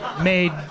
made